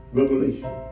revelation